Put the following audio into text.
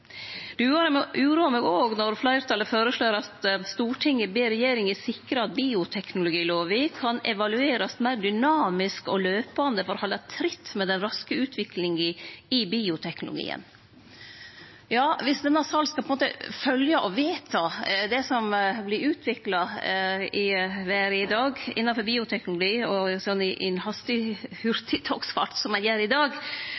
meg òg når fleirtalet føreslår: «Stortinget ber regjeringen sikre at bioteknologiloven i framtiden kan evalueres mer dynamisk og løpende for å holde tritt med den raske utviklingen i bioteknologien». Ja, dersom denne salen skal følgje og vedta det som vert utvikla i verda i dag innanfor bioteknologi i ein slik hurtigtogsfart som ein gjer i dag,